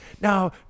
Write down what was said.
Now